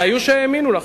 והיו שהאמינו לכם.